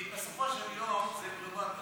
כי בסופו של יום מדובר בכסף.